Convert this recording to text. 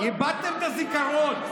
איבדתם את הזיכרון.